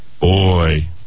boy